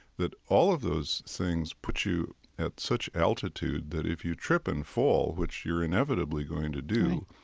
that all of those things put you at such altitude that if you trip and fall, which you're inevitably going to do,